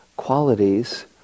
qualities